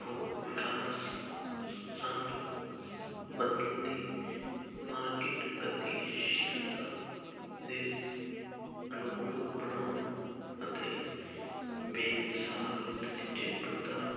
ਖੋਜ ਵਿਕਾਸ ਸਾਨੂੰ ਬਦਲਦੀ ਮਾਰਕੀਟ ਗਤੀਸ਼ੀਲਤਾ ਦੇ ਅਨੁਕੂਲ ਬਣਾਉਣ ਅਤੇ ਬੇਮਿਸਾਲ ਨਤੀਜੇ ਪ੍ਰਦਾਨ